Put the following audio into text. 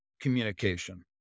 communication